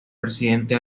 presidente